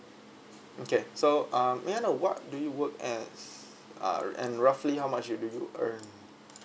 okay so uh may I know what do you work as uh and roughly how much you do you earn